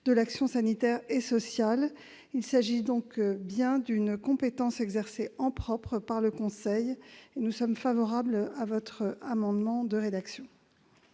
de l'action sanitaire et sociale. Il s'agit donc bien d'une compétence exercée en propre par ce conseil, et nous sommes favorables à votre amendement rédactionnel.